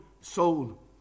soul